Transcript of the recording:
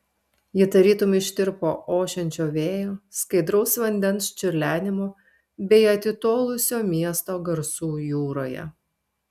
ji tarytum ištirpo ošiančio vėjo skaidraus vandens čiurlenimo bei atitolusio miesto garsų jūroje